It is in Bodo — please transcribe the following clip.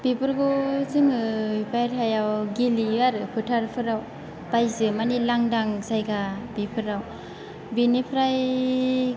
बेफोरखौ जोङो बायह्रायाव गेलेयो आरो फोथारफोराव बायजो मान लांदां जायगा बेफोराव बिनिफ्राय